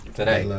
Today